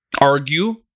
argue